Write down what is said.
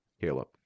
Caleb